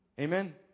Amen